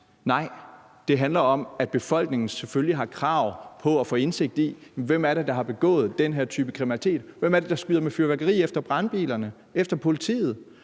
Nej, det handler om, at befolkningen selvfølgelig har krav på at få indsigt i, hvem det er, der har begået den her type kriminalitet. Hvem er det, der skyder med fyrværkeri efter brandbilerne og efter politiet?